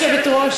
גברתי היושבת-ראש,